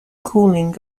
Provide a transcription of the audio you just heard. cooling